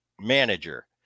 manager